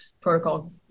protocol